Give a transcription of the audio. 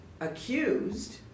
accused